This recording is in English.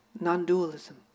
non-dualism